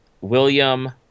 William